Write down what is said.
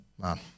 man